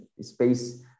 space